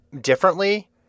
differently